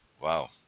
wow